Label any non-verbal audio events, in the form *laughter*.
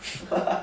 *laughs*